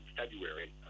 February